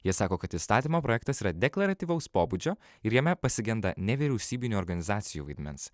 jie sako kad įstatymo projektas yra deklaratyvaus pobūdžio ir jame pasigenda nevyriausybinių organizacijų vaidmens